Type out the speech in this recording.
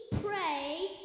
pray